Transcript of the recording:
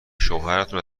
شوهرتون